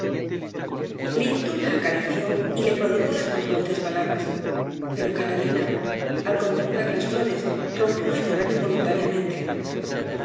linton la acarició y le prodigó las más dulces palabras pero catalina al contemplar las flores rompió a llorar involuntariamente